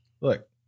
Look